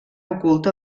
oculta